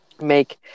make